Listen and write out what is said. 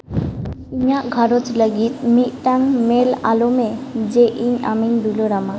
ᱤᱧᱟᱹᱜ ᱜᱷᱟᱨᱚᱸᱡᱽ ᱞᱟᱹᱜᱤᱫ ᱢᱤᱫᱴᱟᱝ ᱤᱼᱢᱮᱞ ᱚᱞ ᱢᱮ ᱡᱮ ᱤᱧ ᱟᱢᱤᱧ ᱫᱩᱞᱟᱹᱲ ᱟᱢᱟ